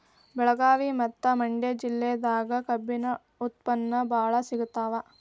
ಬೆಳಗಾವಿ ಮತ್ತ ಮಂಡ್ಯಾ ಜಿಲ್ಲೆದಾಗ ಕಬ್ಬಿನ ಉತ್ಪನ್ನ ಬಾಳ ಸಿಗತಾವ